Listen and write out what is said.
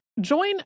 Join